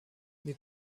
die